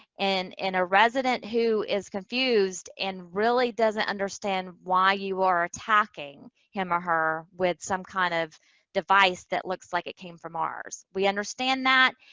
and in a resident who is confused and really doesn't understand why you are attacking him or her with some kind of device that looks like it came from mars. we understand that,